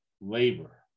labor